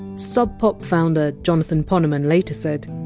sub pop founder jonathan poneman later said,